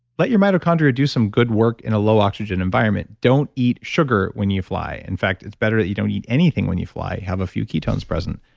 let your mitochondria do some good work in a low oxygen environment. don't eat sugar when you fly. in fact, it's better that you don't eat anything when you fly. have a few ketones present.